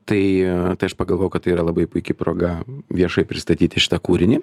tai tai aš pagalvojau kad tai yra labai puiki proga viešai pristatyti šitą kūrinį